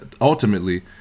ultimately